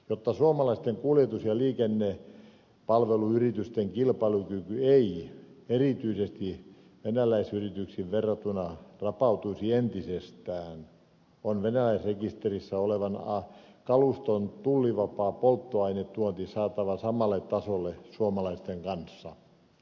jotta suomalaisten kuljetus ja liikennepalveluyritysten kilpailukyky ei erityisesti venäläisyrityksiin verrattuna rapautuisi entisestään on venäläisrekisterissä olevan kaluston tullivapaa polttoainetuonti saatava samalle tasolle suomalaisten kanssa